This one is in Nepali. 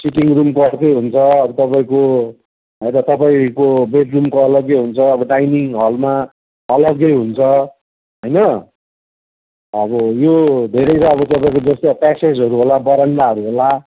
सिटिङ रुमको अर्कै हुन्छ अब तपाईँको हजुर तपाईँको बेडरुमको अलग्गै हुन्छ अब डाइनिङ हलमा अलग्गै हुन्छ होइन अब यो धेरै छ अब तपाईँको जस्तो प्यासेजहरू होला बरन्डाहरू होला